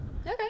Okay